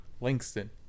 Langston